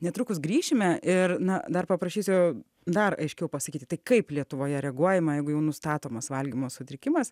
netrukus grįšime ir na dar paprašysiu dar aiškiau pasakyti tai kaip lietuvoje reaguojama jeigu jau nustatomas valgymo sutrikimas